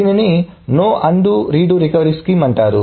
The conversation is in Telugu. దీనిని no undo redo recovery scheme అంటారు